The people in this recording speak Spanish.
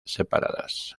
separadas